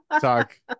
Talk